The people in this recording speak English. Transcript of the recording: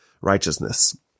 righteousness